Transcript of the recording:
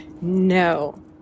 no